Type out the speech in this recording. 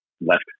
left